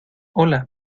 hola